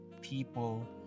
people